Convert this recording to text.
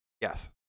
Yes